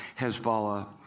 Hezbollah